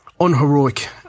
unheroic